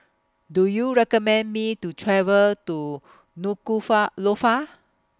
Do YOU recommend Me to travel to Nuku Lofa